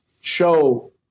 show